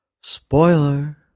Spoiler